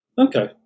Okay